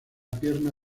pierna